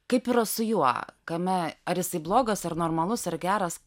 kaip yra su juo kame ar jisai blogas ar normalus ar geras